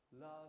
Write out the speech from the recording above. love